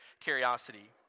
curiosity